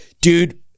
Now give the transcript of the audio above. dude